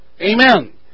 Amen